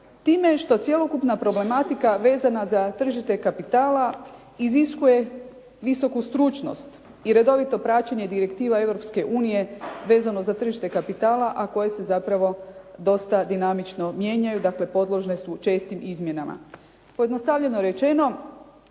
time što cjelokupna problematika vezana za tržište kapitala iziskuje visoku stručnost i redovito praćenje direktiva Europske unije vezano za tržište kapitala, a koje se zapravo dosta dinamično mijenjaju, dakle podložne su čestim izmjenama. Pojednostavljeno rečeno,